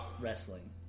wrestling